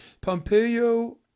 Pompeo